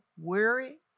weary